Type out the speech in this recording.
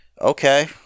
Okay